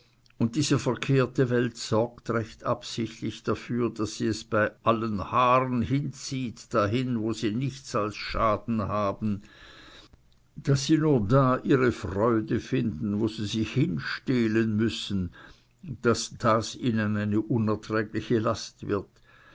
und diese verkehrte welt sorgt recht absichtlich dafür daß es die ihnen anvertrauten bei allen haaren hinzieht dahin wo sie nichts als schaden haben daß sie nur da ihre freude finden wo sie sich hinstehlen müssen daß das ihnen eine unerträgliche last wird